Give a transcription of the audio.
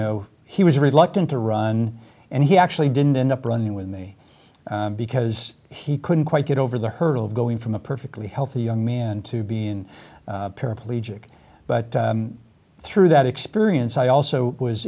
know he was reluctant to run and he actually didn't end up running with me because he couldn't quite get over the hurdle of going from a perfectly healthy young man to be in paraplegic but through that experience i also was